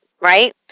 Right